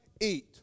eat